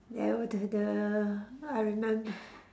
there were the the I remem~